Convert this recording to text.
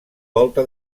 volta